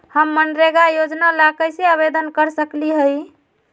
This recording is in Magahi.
हम मनरेगा योजना ला कैसे आवेदन कर सकली हई?